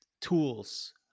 tools